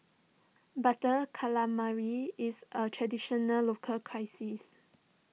Butter Calamari is a traditional local crisis